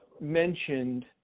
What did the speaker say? mentioned